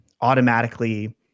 automatically